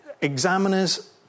examiners